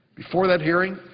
before that hearing,